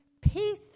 Peace